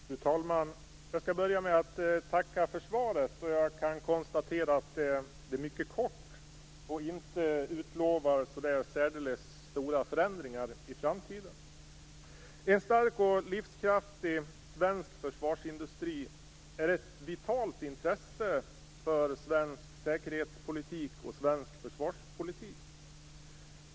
Fru talman! Jag skall börja med att tacka för svaret. Jag kan konstatera att det är mycket kort och inte utlovar särdeles stora förändringar i framtiden. En stark och livskraftig svensk försvarsindustri är ett vitalt intresse för svensk säkerhetspolitik och svensk försvarspolitik.